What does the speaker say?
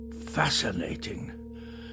Fascinating